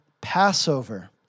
Passover